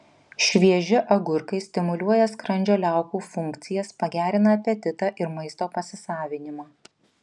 švieži agurkai stimuliuoja skrandžio liaukų funkcijas pagerina apetitą ir maisto pasisavinimą